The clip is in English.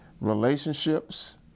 relationships